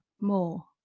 more